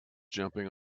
jumping